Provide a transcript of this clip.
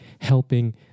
helping